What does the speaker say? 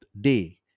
day